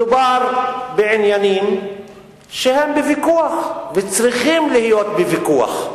מדובר בעניינים שהם בוויכוח וצריכים להיות בוויכוח.